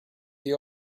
the